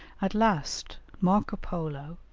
at last marco polo,